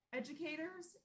educators